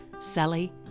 sally